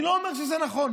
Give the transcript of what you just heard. אני לא אומר שזה נכון,